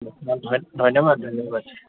ধন্যবাদ ধন্যবাদ